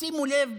שימו לב,